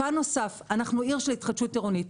פן נוסף, אנחנו עיר של התחדשות עירונית.